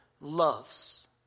loves